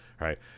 right